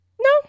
No